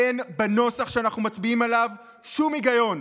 אין בנוסח שאנחנו מצביעים עליו שום היגיון,